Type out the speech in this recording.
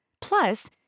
Plus